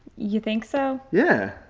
you think so? yeah.